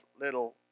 little